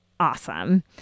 Awesome